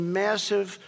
massive